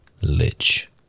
lich